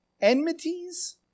enmities